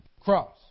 Cross